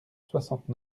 soixante